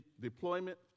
deployment